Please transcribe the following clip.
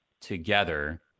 together